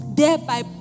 thereby